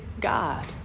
God